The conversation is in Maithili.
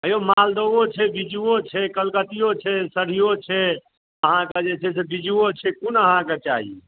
हे यौ मालदहो छै बिज्जुओ छै कलकतियो छै सरहियो छै अहाँकऽ जे छै से बिज्जुओ छै कोन अहाँकऽ चाही